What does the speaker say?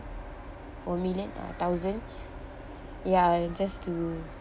or million uh thousand ya just to